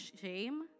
shame